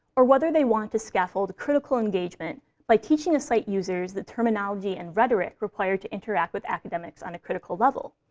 or whether they want to scaffold critical engagement by teaching the site users the terminology and rhetoric required to interact with academics on a critical level.